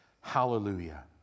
Hallelujah